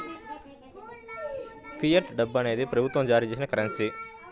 fiat డబ్బు అనేది ప్రభుత్వం జారీ చేసిన కరెన్సీ